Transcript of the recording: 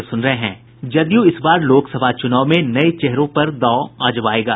जदयू इस बार लोकसभा चूनाव में नये चेहरों पर दांव आजमायेगा